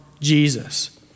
Jesus